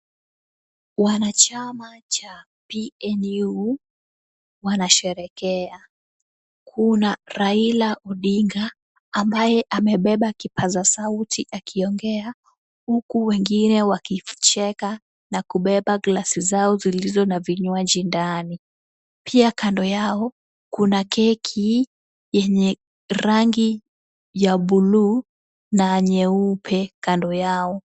Wanachama cha PNU wanasherehekea, kuna Raila Odinga ambaye amebeba kipaza sauti akiongea huku wengine wakicheka na kubeba glasi zao zilizo na vinywaji ndani, pia kando yao kuna keki yenye rangi ya buluu na nyeupe kando yao.